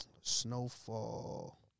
Snowfall